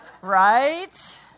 right